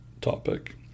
topic